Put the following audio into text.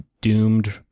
doomed